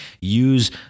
use